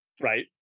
right